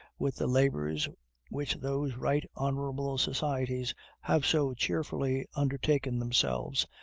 with the labors which those right honorable societies have so cheerfully undertaken themselves,